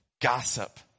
gossip